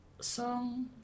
song